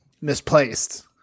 misplaced